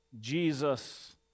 Jesus